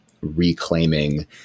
reclaiming